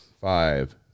Five